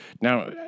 Now